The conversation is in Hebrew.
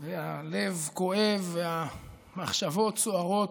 הלב כואב והמחשבות סוערות.